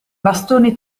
bastoni